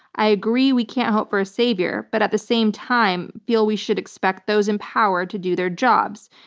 i agree we can't hope for a savior, but at the same time, feel we should expect those in power to do their jobs.